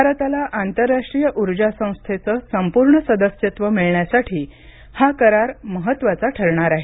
भारताला आंतरराष्ट्रीय उर्जा संस्थेचं संपूर्ण सदस्यत्व मिळण्यासाठी हा करार महत्त्वाचा ठरणार आहे